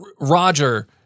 Roger